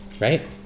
Right